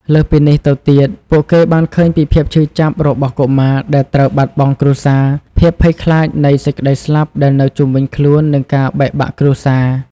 លើសពីនេះទៅទៀតពួកគេបានឃើញពីភាពឈឺចាប់របស់កុមារដែលត្រូវបាត់បង់គ្រួសារ ភាពភ័យខ្លាចនៃសេចក្ដីស្លាប់ដែលនៅជុំវិញខ្លួន និងការបែកបាក់គ្រួសារ។